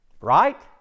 Right